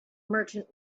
merchant